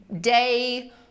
day